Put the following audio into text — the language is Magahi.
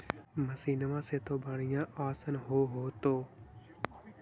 मसिनमा से तो बढ़िया आसन हो होतो?